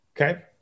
Okay